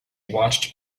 watched